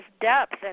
depth